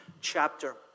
chapter